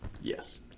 yes